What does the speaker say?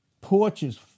porches